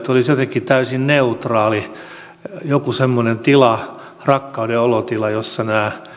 olisi jotenkin täysin neutraali joku semmoinen tila rakkauden olotila jossa